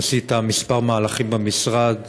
עשית כמה מהלכים במשרד